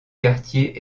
quartier